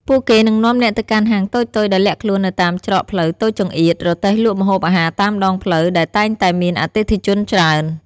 ពួកគេនឹងនាំអ្នកទៅកាន់ហាងតូចៗដែលលាក់ខ្លួននៅតាមច្រកផ្លូវតូចចង្អៀត រទេះលក់ម្ហូបអាហារតាមដងផ្លូវដែលតែងតែមានអតិថិជនច្រើន